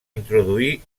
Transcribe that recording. introduir